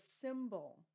symbol